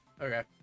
Okay